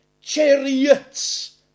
Chariots